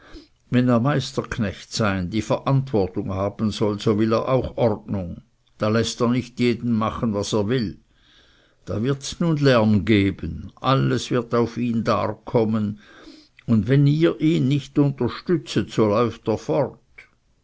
wenn er meisterknecht sein die verantwortung haben soll so will er auch ordnung da läßt er nicht jeden machen was er will da wirds nun lärm geben alles wird auf ihn darkommen und wenn ihr ihn nicht unterstützet so läuft er fort